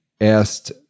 asked